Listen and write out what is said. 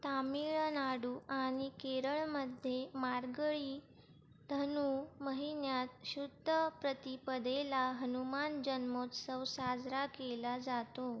तामिळनाडू आणि केरळमध्ये मार्गळी धनु महिन्यात शुद्ध प्रतिपदेला हनुमान जन्मोत्सव साजरा केला जातो